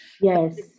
Yes